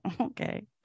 okay